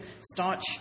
staunch